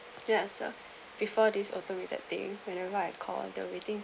ya sir before this automated thing whenever I call the waiting